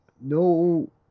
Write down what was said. no